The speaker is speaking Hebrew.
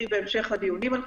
בהמשך הדיונים.